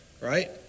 right